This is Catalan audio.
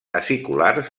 aciculars